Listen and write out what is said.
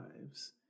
lives